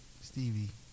Stevie